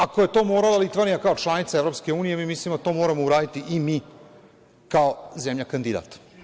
Ako je to morala Litvanija kao članica EU, mi mislimo da to moramo uraditi i mi kao zemlja kandidat.